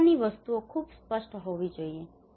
આ પ્રકારની વસ્તુઓ ખૂબ સ્પષ્ટ હોવી જોઈએ